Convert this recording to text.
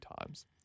times